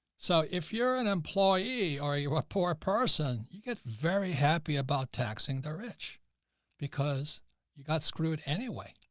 so if you're an employee or are you a poor person, you get very happy about taxing the rich because you got screwed anyway.